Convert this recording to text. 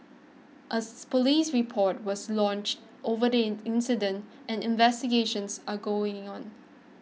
a police report was lodged over the incident and investigations are going on